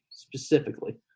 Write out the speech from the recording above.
specifically